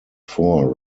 four